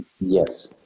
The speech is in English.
Yes